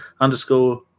underscore